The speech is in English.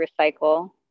recycle